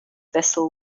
vessel